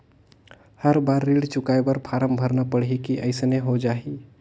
हर बार ऋण चुकाय बर फारम भरना पड़ही की अइसने हो जहीं?